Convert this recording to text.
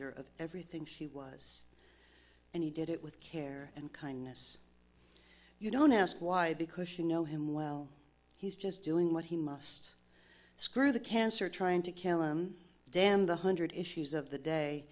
or of everything she was and he did it with care and kindness you don't ask why because you know him well he's just doing what he must screw the cancer trying to kill him damn the hundred issues of the day